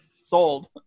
Sold